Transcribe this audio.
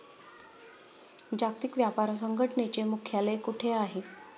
जागतिक व्यापार संघटनेचे मुख्यालय कुठे आहे?